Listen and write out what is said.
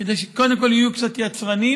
כדי שקודם כול יהיו קצת יצרניים